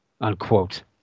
unquote